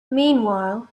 meanwhile